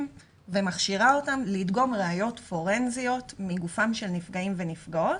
ומכשירה אותם לדגום ראיות פורנזיות מגופם של נפגעים ונפגעות